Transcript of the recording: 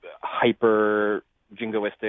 hyper-jingoistic